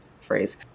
phrase